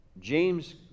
James